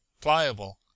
Pliable